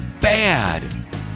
bad